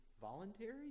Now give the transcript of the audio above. voluntary